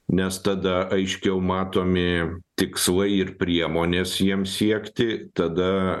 nes tada aiškiau matomi tikslai ir priemonės jiems siekti tada